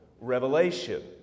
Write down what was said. revelation